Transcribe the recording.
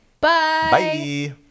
Bye